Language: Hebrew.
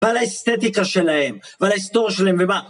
ועל האסתטיקה שלהם ועל ההיסטוריה שלהם ומה...